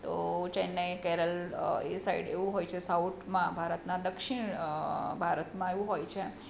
તો ચેન્નઈ કેરલ એ સાઈડ એવું હોય છે સાઉથમાં ભારતના દક્ષિણ ભારતમાં એવું હોય છે